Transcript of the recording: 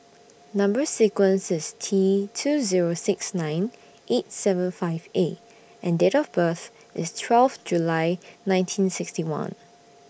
Number sequence IS T two Zero six nine eight seven five A and Date of birth IS twelve July nineteen sixty one